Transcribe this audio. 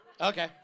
Okay